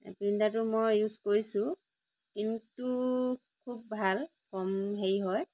প্ৰিন্টাৰটো মই ইউজ কৰিছোঁ কিন্তু খুব ভাল কম হেৰি হয়